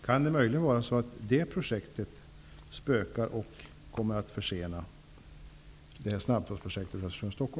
Kan det möjligen vara så att det projektet spökar och kommer att försena snabbtågsprojektet Östersund